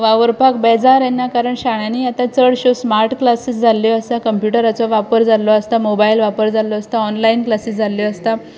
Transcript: वावरपाक बेजार येना कारण शाळांनी आतां चडश्यो स्मार्ट क्लासीस जाल्ल्यो आसा कंप्युटराचो वापर जाल्लो आसता मोबायल वापर जाल्लो आसता ऑनलायन क्लासी जाल्ल्यो आसता